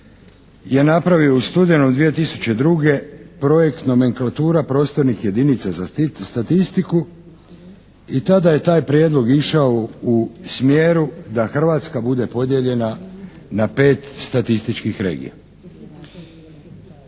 je napravio u studenome 2003. projektna nomenklatura prostornih jedinica za statistiku i tada je taj prijedlog išao u smjeru da Hrvatska bude podijeljena na pet statističkih regija.